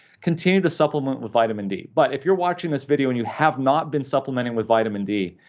continue to supplement with vitamin d, but if you're watching this video and you have not been supplementing with vitamin d,